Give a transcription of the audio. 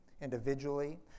individually